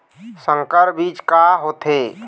संकर बीज का होथे?